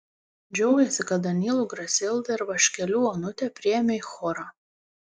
džiaugėsi kad danylų grasildą ir vaškelių onutę priėmė į chorą